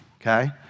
okay